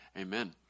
Amen